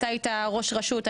אתה היית ראש רשות,